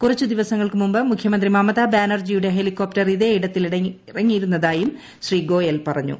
കുറച്ച് ദിവസങ്ങൾക്ക് മുമ്പ് മുഖ്യമന്ത്രി മമതാ ബാനർജിയുടെ ഹെലികോപ്റ്റർ ഇതേ ഇട്ടത്തിൽ ഇങ്ങിയിരുന്നതായും ശ്രീ ഗോയൽ പറഞ്ഞു